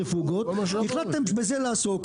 החלטתם בזה לעסוק.